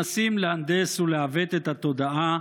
הם מנסים להנדס ולעוות את התודעה